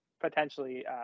potentially